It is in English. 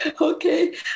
Okay